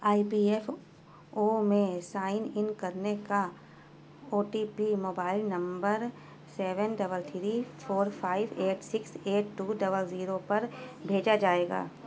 آئی P F O میں sign in کرنے کا O T P mobile number seven double three four five eight six eight two double zero پر بھیجا جائے گا